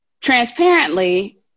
Transparently